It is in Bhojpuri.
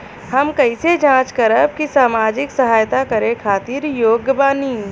हम कइसे जांच करब की सामाजिक सहायता करे खातिर योग्य बानी?